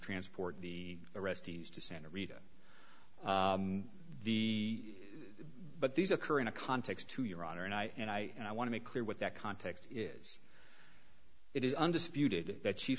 transport the arrestees to santa rita the but these occur in a context to your honor and i and i and i want to make clear what that context is it is undisputed that